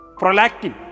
prolactin